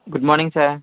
good morning sir